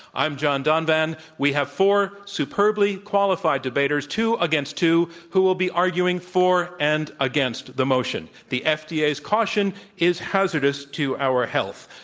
i'm john donvan. we have four superbly qualified debaters, two against two, who will be arguing for and against the motion, the fda's caution is hazardous to our health.